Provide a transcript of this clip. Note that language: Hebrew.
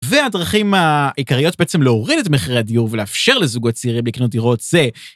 והדרכים ה...עיקריות בעצם להוריד את מחירי הדיור ולאפשר לזוגות צעירים לקנות דירות זה: